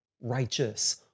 righteous